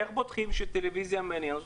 איך בודקים שהטלוויזיה מעניינת אותם?